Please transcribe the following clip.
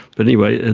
but anyway,